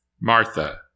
Martha